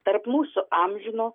tarp mūsų amžino